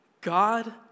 God